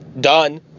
done